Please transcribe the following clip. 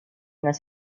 was